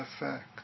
effect